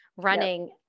running